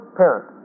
parent